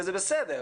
וזה בסדר,